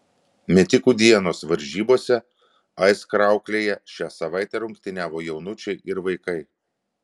metikų dienos varžybose aizkrauklėje šią savaitę rungtyniavo jaunučiai ir vaikai